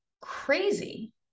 crazy